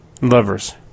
Lovers